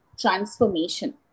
transformation